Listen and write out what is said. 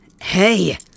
Hey